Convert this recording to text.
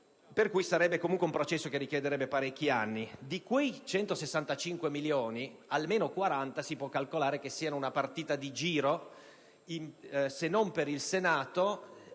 per cui si tratterebbe di un processo lungo, che richiederebbe parecchi anni. Di quei 165 milioni, almeno 40 si può calcolare che siano una partita di giro, se non per il Senato,